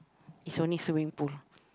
is only swimming pool